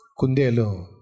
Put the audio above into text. Kundelu